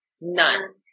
None